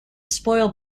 spoil